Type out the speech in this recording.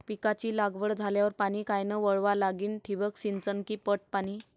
पिकाची लागवड झाल्यावर पाणी कायनं वळवा लागीन? ठिबक सिंचन की पट पाणी?